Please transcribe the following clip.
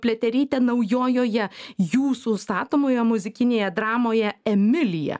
pliateryte naujojoje jūsų statomoje muzikinėje dramoje emilija